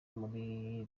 muri